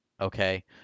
okay